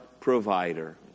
provider